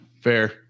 fair